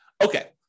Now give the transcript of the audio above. Okay